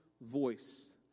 voice